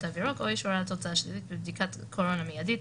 תו ירוק או אישור על תוצאה שלילית בבדיקת קורונה מיידית.